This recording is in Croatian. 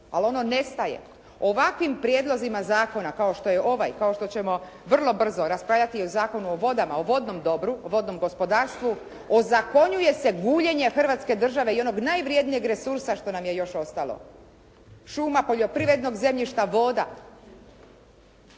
Ali ono nestaje. Ovakvim prijedlozima zakona kao što je ovaj, kao što ćemo vrlo brzo raspravljati o Zakonu o vodama, o vodnom dobru, o vodnom gospodarstvu, ozakonjuje se guljenje Hrvatske države i onog najvrednijeg resursa što nam je još ostalo. Šuma, poljoprivrednog zemljišta, voda.